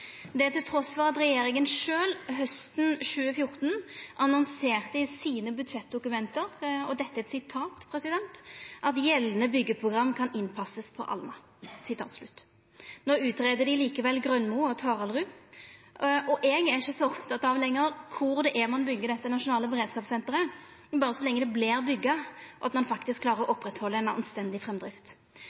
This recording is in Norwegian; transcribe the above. at regjeringa sjølv hausten 2014 annonserte i sine budsjettdokument at «gjeldende byggeprogram kan innpasses på Alnabru». No greier dei likevel ut Grønmo og Taraldrud, og eg er ikkje lenger så oppteken av kvar ein byggjer dette nasjonale beredskapssenteret, så lenge det berre vert bygt og ein faktisk klarer å oppretthalda ei anstendig framdrift.